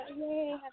Yay